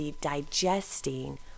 digesting